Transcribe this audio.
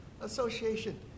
association